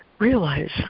Realize